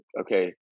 okay